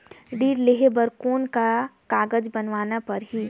ऋण लेहे बर कौन का कागज बनवाना परही?